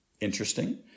interesting